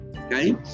Okay